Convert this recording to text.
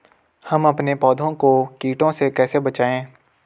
हम अपने पौधों को कीटों से कैसे बचाएं?